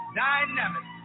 dynamic